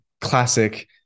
classic